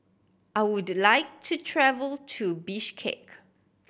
I would like to travel to Bishkek